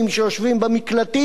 שיושבים במקלטים,